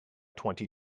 twenty